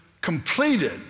completed